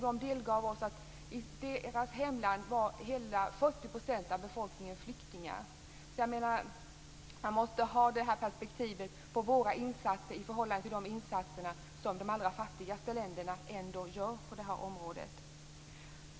Man delgav oss att i deras hemland var hela 40 % av befolkningen flyktingar. Vi måste se våra insatser också i perspektivet av de insatser som de allra fattigaste länderna gör på det här området.